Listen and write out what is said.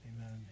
Amen